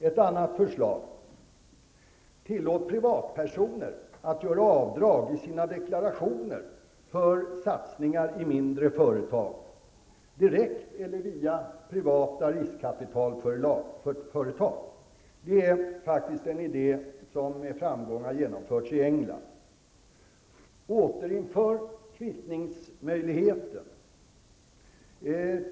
Ett annat förslag är att tillåta privatpersoner att göra avdrag i sina deklarationer för satsningar i mindre företag -- direkt eller via privata riskkapitalföretag. Det är en idé som med framgång har genomförts i England. Återinför kvittningsmöjligheten.